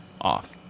Off